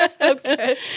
Okay